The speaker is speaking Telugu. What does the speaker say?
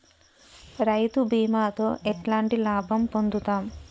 రైతు బీమాతో ఎట్లాంటి లాభం పొందుతం?